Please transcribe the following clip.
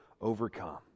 overcome